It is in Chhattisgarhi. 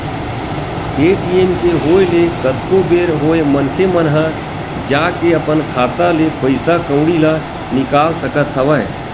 ए.टी.एम के होय ले कतको बेर होय मनखे मन ह जाके अपन खाता ले पइसा कउड़ी ल निकाल सकत हवय